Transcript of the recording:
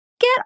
get